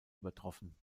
übertroffen